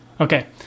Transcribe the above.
Okay